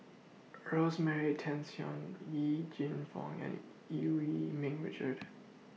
Rosemary Tessensohn Yee Jenn Fong and EU Yee Ming Richard